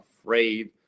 afraid